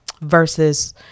versus